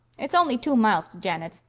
it's only two miles to janet's.